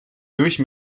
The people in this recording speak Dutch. douche